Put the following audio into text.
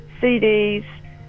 cds